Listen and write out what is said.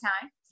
time